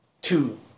two